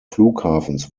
flughafens